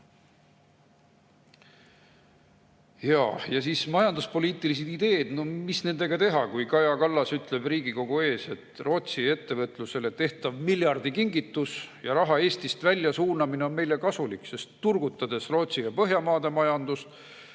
müüma. Majanduspoliitilised ideed – mis nendega teha, kui Kaja Kallas ütleb Riigikogu ees, et Rootsi ettevõtlusele tehtav miljardikingitus ja raha Eestist välja suunamine on meile kasulik, sest turgutades Rootsi ja Põhjamaade majandust,